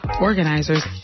organizers